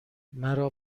مرا